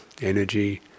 energy